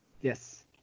Yes